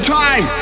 time